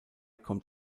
kommt